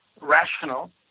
rational